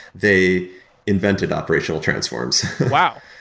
they invented operational transforms. wow!